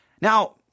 Now